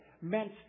meant